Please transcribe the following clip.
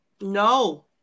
No